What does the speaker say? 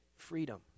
freedom